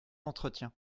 d’entretien